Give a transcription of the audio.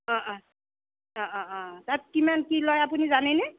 অ' অ' অ' অ' অ' তাত কিমান কি লয় আপুনি জানেনে